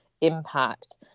impact